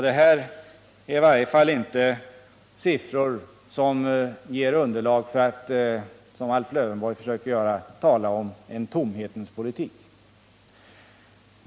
Detta är i varje fall inte siffror som ger underlag för att, som Alf Lövenborg försöker göra, tala om en tomhetens politik.